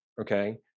Okay